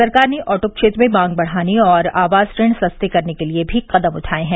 सरकार ने ऑटो क्षेत्र में मांग बढ़ाने और आवास ऋण सस्ते करने के लिए भी कदम उठाए हैं